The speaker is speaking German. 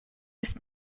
ist